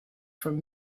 from